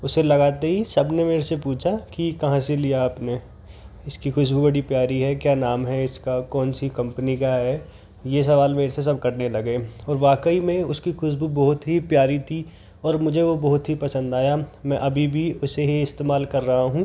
उसे लगाते ही सबने मेरे से पूछा कि कहाँ से लिया आपने इसकी खुश्बू बड़ी प्यारी है क्या नाम है इसका कौनसी कंपनी का है ये सवाल मेरे से सब करने लगे और वाकई में उसकी खुश्बू बहुत ही प्यारी थी और मुझे वो बहुत ही पसंद आया मैं अभी भी उसे ही इस्तेमाल कर रहा हूँ